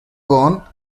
gone